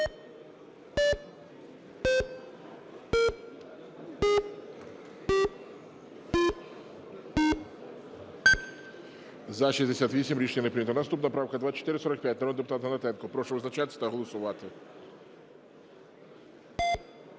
За-68 Рішення не прийнято. Наступна правка – 2445, народний депутат Гнатенко. Прошу визначатись та голосувати.